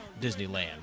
Disneyland